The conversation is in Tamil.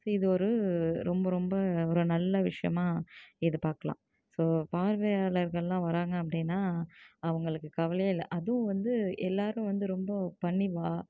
இது ஒரு ரொம்ப ரொம்ப ஒரு நல்ல விஷியமாக இது பார்க்லாம் ஸோ பார்வையாளர்கள்லாம் வராங்க அப்படினா அவங்களுக்கு கவலையே இல்லை அதுவும் வந்து எல்லாரும் வந்து ரொம்ப பணிவாக